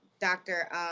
doctor